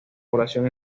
población